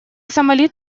сомали